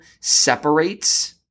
separates